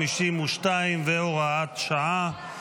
252 והוראת שעה),